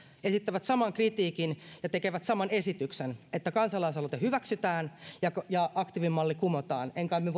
esittävät saman kritiikin ja tekevät saman esityksen että kansalaisaloite hyväksytään ja ja aktiivimalli kumotaan emme kai me